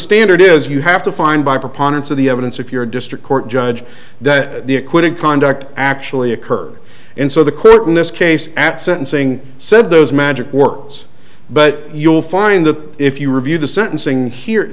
standard is you have to find by preponderance of the evidence if you're district court judge that the acquitted conduct actually occurred and so the clip in this case at sentencing said those magic words but you'll find that if you review the sentencing he